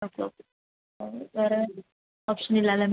okay okay അതിന് വേറെ option ഇല്ല അല്ലേ മാം